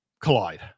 collide